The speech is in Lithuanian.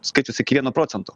skaičius iki vieno procento